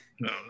No